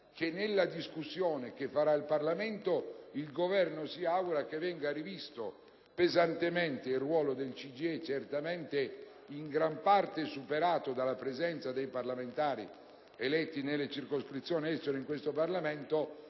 che nella discussione parlamentare il Governo si augura che venga rivisto pesantemente il ruolo del CGIE, in gran parte superato dalla presenza dei parlamentari eletti nella circoscrizione Estero in questo Parlamento,